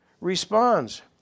responds